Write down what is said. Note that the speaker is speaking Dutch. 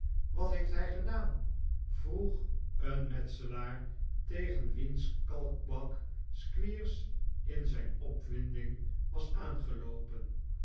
wat heeft hij gedaan vroeg een metselaar tegen wiens kalkbak squeers in zijn opwinding was aangeloopen